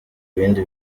ibindi